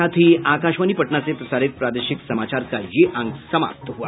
इसके साथ ही आकाशवाणी पटना से प्रसारित प्रादेशिक समाचार का ये अंक समाप्त हुआ